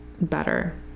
better